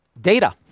data